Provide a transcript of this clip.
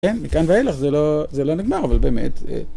כן, מכאן ואילך זה לא נגמר, אבל באמת...